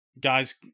guys